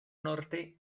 norte